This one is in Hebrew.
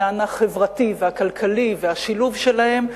ובעניין החברתי והכלכלי והשילוב שלהם,